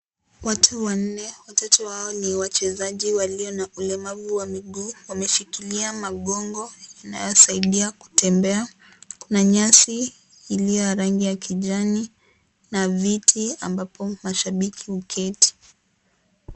Watu wanee watatu wao ni wachezaji walio na ulemavu wa miguu wameshikilia magongo inayosaidia kutembea, kuna nyasi ya rangi ya kijani na viti ambapo mashabiki huketi.